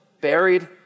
buried